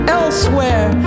elsewhere